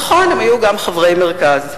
נכון, הם היו גם חברי מרכז.